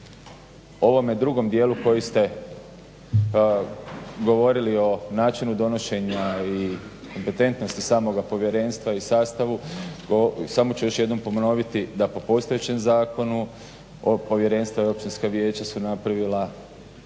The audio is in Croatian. ovome drugom dijelu u kojem ste govorili o načinu donošenja i kompetentnosti samoga povjerenstva i sastavu samo ću još jednom ponoviti da po postojećem zakonu ova povjerenstva i općinska vijeća su napravila